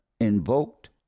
invoked